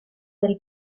del